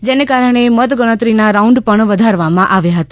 જેને કારણે મતગણતરીના રાઉન્ડ પણ વધારવામાં આવ્યા હતા